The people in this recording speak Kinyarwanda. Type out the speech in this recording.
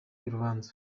y’urubanza